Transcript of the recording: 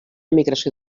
migració